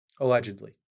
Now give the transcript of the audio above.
allegedly